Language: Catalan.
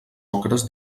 ocres